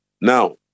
Now